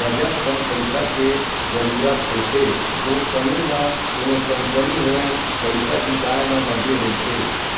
गजब कन पइसा के जरूरत होथे, ओ समे म कोनो कंपनी होय पइसा जुटाय म लगे रहिथे